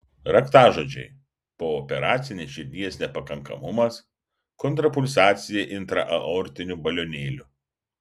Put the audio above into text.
raktažodžiai pooperacinis širdies nepakankamumas kontrapulsacija intraaortiniu balionėliu